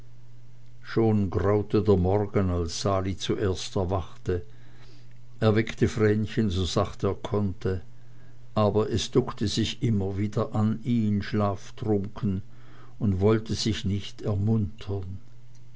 schon graute der morgen als sali zuerst erwachte er weckte vrenchen so acht er konnte aber es duckte sich immer wieder an ihn schlaftrunken und wollte sich nicht ermuntern